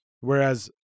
Whereas